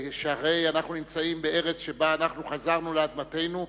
שהרי אנחנו נמצאים בארץ שבה חזרנו לאדמתנו,